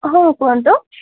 ହଁ କୁହନ୍ତୁ